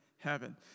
Heaven